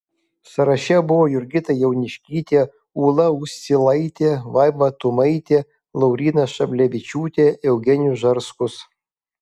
sąraše buvo jurgita jauniškytė ūla uscilaitė vaiva tumaitė lauryna šablevičiūtė eugenijus žarskus